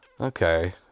Okay